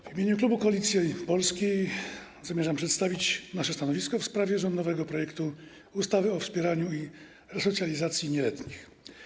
W imieniu klubu Koalicji Polskiej zamierzam przedstawić nasze stanowisko w sprawie rządowego projektu ustawy o wspieraniu i resocjalizacji nieletnich.